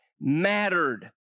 mattered